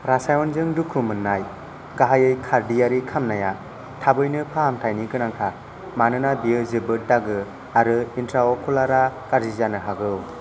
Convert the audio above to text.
रासायनजों दुखु मोन्नाय गाहायै खारदैयारि खामनाया थाबैनो फाहामथायनि गोनांथार मानोना बेयो जोबोद दागो आरो इन्ट्राअकुलारा गाज्रि जानो हागौ